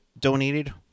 donated